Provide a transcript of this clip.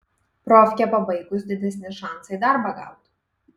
profkę pabaigus didesni šansai darbą gaut